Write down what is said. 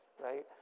right